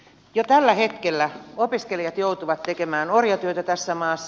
jo tällä hetkellä opiskelijat joutuvat tekemään orjatyötä tässä maassa